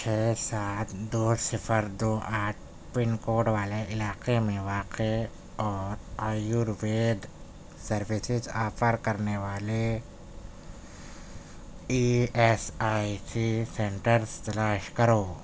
چھ سات دو صفردو آٹھ پن کوڈ والے علاقے میں واقع اور آیوروید سروسز آفر کرنے والے E S I C centres تلاش کرو